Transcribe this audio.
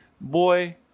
boy